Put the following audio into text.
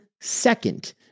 Second